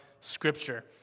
Scripture